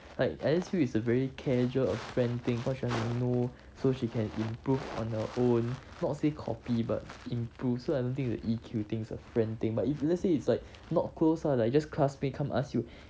like at least feel is a very casual a friend thing cause she want to know so she can improve on her own not say copy but improve so I don't think it's the E_Q thing it's a friend thing but if let's say it's like not close lah like just classmate come and ask you